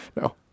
no